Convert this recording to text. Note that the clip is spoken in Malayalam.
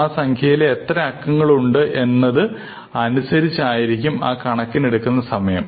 ആ സംഖ്യയിലെ എത്ര അക്കങ്ങൾ ഉണ്ട് എന്നതിന് അനുസരിച്ച് ആയിരിക്കും ആ കണക്കിന് എടുക്കുന്ന സമയം